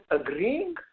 agreeing